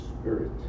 spirit